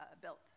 built